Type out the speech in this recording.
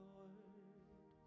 Lord